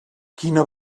quina